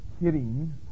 kidding